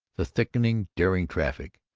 the thickening darting traffic,